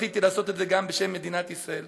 זכיתי לעשות את זה גם בשם מדינת ישראל.